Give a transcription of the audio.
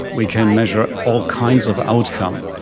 we can measure all kinds of outcome.